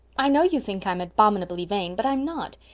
i know you think i'm abominably vain, but i'm not.